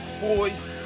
boys